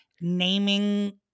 naming